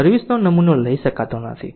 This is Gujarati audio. સર્વિસ નો નમૂનો લઈ શકાતો નથી